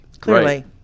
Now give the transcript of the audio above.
clearly